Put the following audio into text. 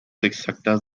exactas